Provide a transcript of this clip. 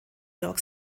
york